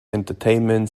entertainment